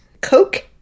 Coke